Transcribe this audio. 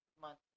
month